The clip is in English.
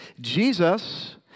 Jesus